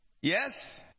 yes